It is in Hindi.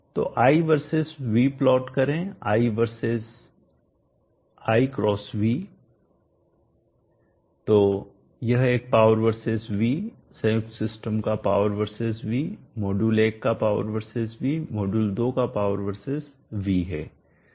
तो i वर्सेस v प्लॉट करें i versus i x v तो यह एक पावर वर्सेस v संयुक्त सिस्टम का पावर वर्सेस v मॉड्यूल 1 का पावर वर्सेस v मॉड्यूल 2 का पावर वर्सेस v है